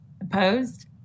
Opposed